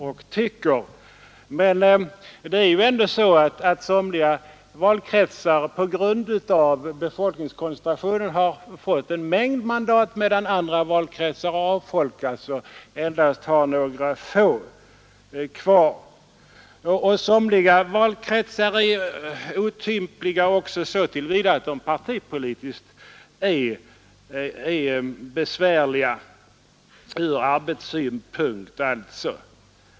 På grund av befolkningskoncentration har somliga valkretsar fått en mängd mandat medan andra valkretsar avfolkats och endast har några få mandat kvar. En del valkretsar är otympliga även så till vida att de — av partipolitiska skäl — är besvärliga ur arbetssynpunkt.